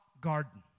garden